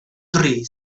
dri